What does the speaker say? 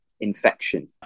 infection